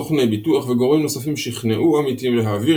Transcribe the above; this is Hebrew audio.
סוכני ביטוח וגורמים נוספים שכנעו עמיתים להעביר